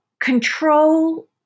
control